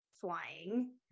flying